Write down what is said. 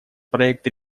проект